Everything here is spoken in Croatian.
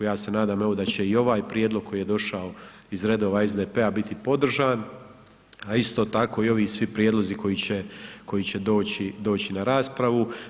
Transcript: Ja se nadam evo da će i ovaj prijedlog koji je došao iz redova SDP-a biti podržan, a isto tako i ovi svi prijedlozi koji će doći na raspravu.